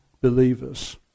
believers